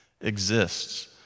exists